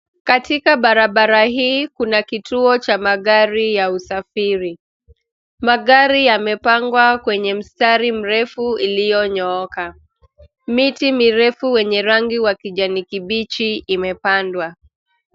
Katika barabara hii kuna kituo cha magari ya usafiri. Magari yamepagwa kwenye mstari mrefu iliyonyooka. Miti mirefu wenye rangi wa kijani kibichi imepandwa.